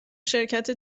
شرکت